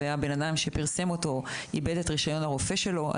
האדם שפרסם את המאמר איבד את רישיון הרופא שלו.